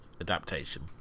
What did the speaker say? adaptation